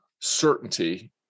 certainty